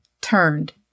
turned